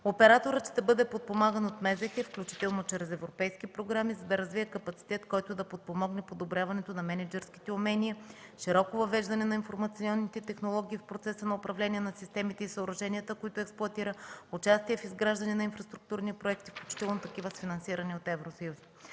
на земеделието и храните, включително чрез европейски програми, за да развие капацитет, който да подпомогне подобряването на мениджърските умения, широко въвеждане на информационните технологии в процеса на управление на системите и съоръженията, които експлоатира, участие в изграждане на инфраструктурни проекти, включително и финансирани от Евросъюза.